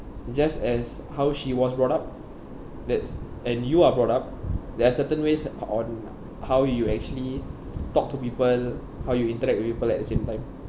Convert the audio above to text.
just as how she was brought up that's and you are brought up there are certain ways on how you actually talk to people how you interact with people at the same time